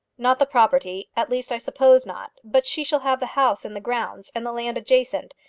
not the property at least i suppose not. but she shall have the house and the grounds, and the land adjacent.